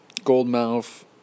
Goldmouth